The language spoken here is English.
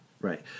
right